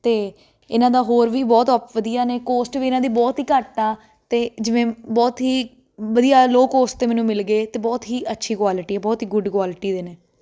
ਅਤੇ ਇਹਨਾਂ ਦਾ ਹੋਰ ਵੀ ਬਹੁਤ ਓਪ ਵਧੀਆ ਨੇ ਕੋਸਟ ਵੀ ਇਹਨਾਂ ਦੀ ਬਹੁਤ ਹੀ ਘੱਟ ਆ ਅਤੇ ਜਿਵੇਂ ਬਹੁਤ ਹੀ ਵਧੀਆ ਲੋਅ ਕੋਸ 'ਤੇ ਮੈਨੂੰ ਮਿਲ ਗਏ ਅਤੇ ਬਹੁਤ ਹੀ ਅੱਛੀ ਕੁਆਲਿਟੀ ਆ ਬਹੁਤ ਹੀ ਗੁੱਡ ਕੁਆਲਿਟੀ ਦੇ ਨੇ